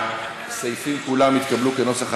הסעיפים כולם התקבלו כנוסח הוועדה.